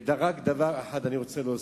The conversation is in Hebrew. ורק דבר אחד אני רוצה להוסיף: